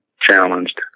challenged